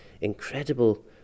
incredible